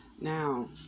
Now